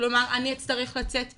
כלומר אני אצטרך לצאת מהעבודה.